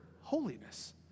holiness